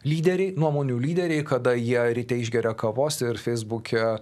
lyderiai nuomonių lyderiai kada jie ryte išgeria kavos ir feisbuke